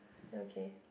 okay